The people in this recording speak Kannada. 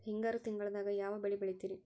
ಹಿಂಗಾರು ತಿಂಗಳದಾಗ ಯಾವ ಬೆಳೆ ಬೆಳಿತಿರಿ?